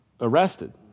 arrested